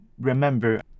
remember